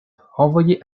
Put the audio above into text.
renvoyer